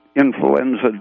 influenza